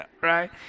right